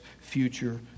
future